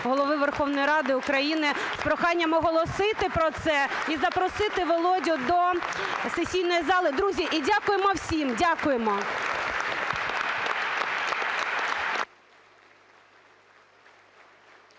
Голови Верховної Ради України з проханням оголосити про це і запросити Володю до сесійної зали. Друзі, і дякуємо всім. Дякуємо.